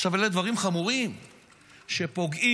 אלה דברים חמורים שפוגעים